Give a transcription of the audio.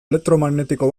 elektromagnetiko